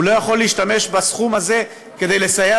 הוא לא יכול להשתמש בסכום הזה כדי שיסייע